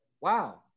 wow